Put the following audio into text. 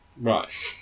right